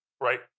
right